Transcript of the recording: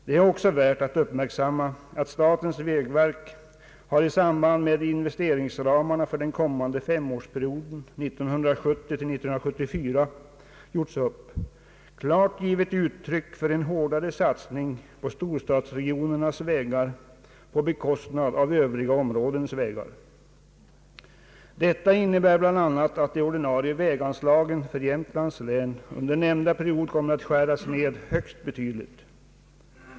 Det är också värt att uppmärksamma att statens vägverk har, i samband med att investeringsramarna för den kommande <:femårsperioden 1970—1974 gjorts upp, klart givit uttryck för en hårdare satsning på storstadsregionernas vägar på bekostnad av övriga områdens vägar. Detta innebär bl.a. att de ordinarie väganslagen för Jämtlands län under nämnda period kommer att skäras ned högst betydligt.